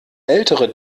ältere